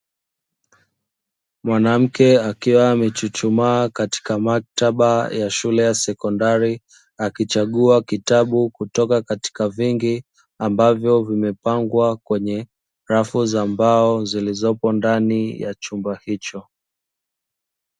Mwanamke akiwa amechuchumaa katika maktaba ya shule ya sekondari, akichagua vitabu kutoka katika vingi ambavyo vimepangwa katika rafu za mbao zilizopo ndani ya chumba hicho.